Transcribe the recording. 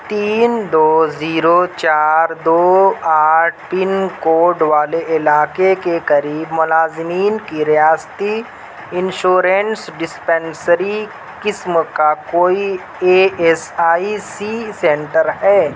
تین دو زیرو چار دو آٹھ پن کوڈ والے علاقے کے قریب ملازمین کی ریاستی انشورینس ڈسپنسری قسم کا کوئی E S I C centre ہے